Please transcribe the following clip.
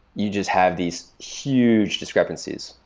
you just have these huge discrepancies.